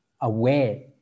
aware